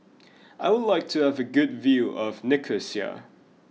I would like to have a good view of Nicosia